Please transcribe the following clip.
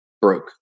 broke